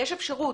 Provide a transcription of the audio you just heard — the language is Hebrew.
יש אפשרות,